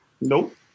Nope